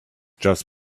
just